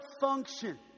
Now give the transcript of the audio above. function